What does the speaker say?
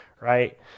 right